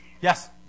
Yes